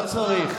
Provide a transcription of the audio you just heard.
לא צריך.